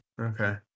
Okay